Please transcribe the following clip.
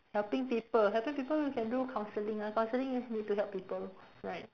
helping people helping people you can do counselling ah counselling you need to help people right